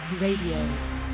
Radio